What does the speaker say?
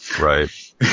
Right